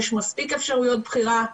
יש מספיק אפשרויות בחירה,